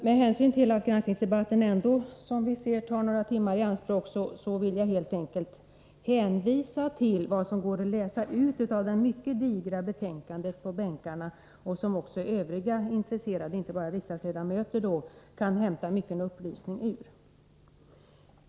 Med hänsyn till att granskningsdebatten ändå, som vi märker, tar några timmar i anspråk vill jag helt enkelt hänvisa till det som går att läsa ut av det mycket digra betänkandet på bänkarna, som också övriga intresserade — alltså inte bara riksdagsledamöter —- kan hämta mycken upplysning ur.